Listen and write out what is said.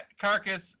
carcass